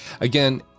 Again